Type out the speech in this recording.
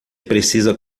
precisa